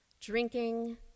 drinking